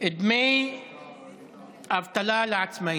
דמי אבטלה לעצמאים.